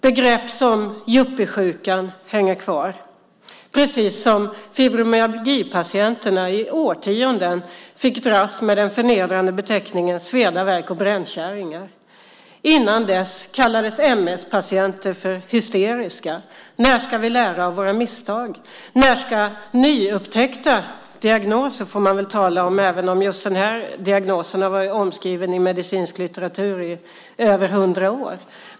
Begrepp som yuppiesjukan hänger kvar, precis som fibromyalgipatienterna i årtionden fick dras med den förnedrande beteckningen sveda-värk-och-bränn-käringar. Innan dess kallades MS-patienter för hysteriska. När ska vi lära av våra misstag? Man får väl tala om nyupptäckta diagnoser, även om just den här diagnosen har varit omskriven i medicinsk litteratur i över hundra år.